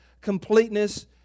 completeness